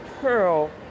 pearl